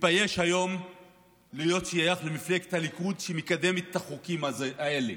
מתבייש היום להיות שייך למפלגת הליכוד שמקדמת את החוקים האלה.